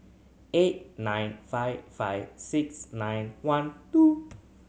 eight nine five five six nine one two